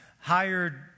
hired